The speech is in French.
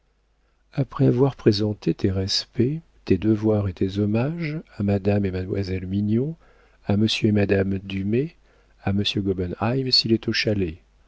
après avoir présenté tes respects tes devoirs et tes hommages à madame et mademoiselle mignon à monsieur et madame dumay à monsieur gobenheim s'il est au chalet